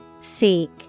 Seek